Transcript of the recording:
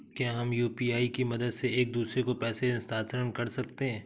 क्या हम यू.पी.आई की मदद से एक दूसरे को पैसे स्थानांतरण कर सकते हैं?